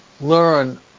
learn